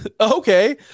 Okay